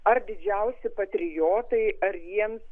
ar didžiausi patriotai ar jiems